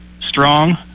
strong